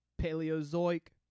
Paleozoic